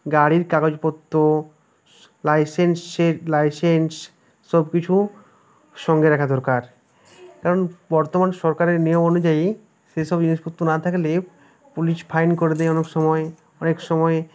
গাড়ির কাগজপত্র লাইসেন্সের লাইসেন্স সব কিছু সঙ্গে রাখা দরকার কারণ বর্তমান সরকারের নিয়ম অনুযায়ী সেই সব জিনিসপত্র না থাকলে পুলিশ ফাইন করে দেয় অনেক সময় অনেক সময়